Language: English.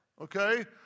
okay